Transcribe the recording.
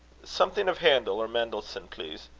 something of handel or mendelssohn, please.